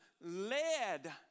led